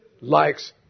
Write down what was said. likes